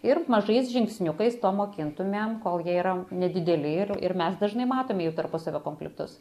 ir mažais žingsniukais to mokintumėm kol jie yra nedideli ir ir mes dažnai matome jų tarpusavio konfliktus